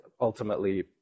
ultimately